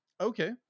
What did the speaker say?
okay